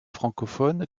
francophone